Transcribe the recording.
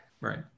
Right